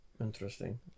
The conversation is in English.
Interesting